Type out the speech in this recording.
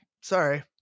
Sorry